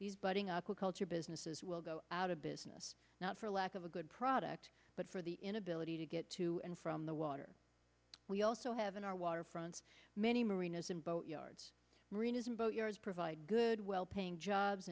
these budding our culture businesses will go out of business not for lack of a good product but for the inability to get to and from the water we also have in our waterfront many marinas and boat yards marinas provide good well paying jobs